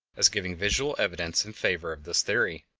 as giving visual evidence in favor of this theory.